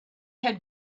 had